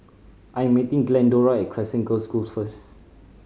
I'm meeting Glendora Crescent Girls' School first